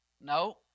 No